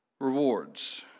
rewards